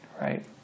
right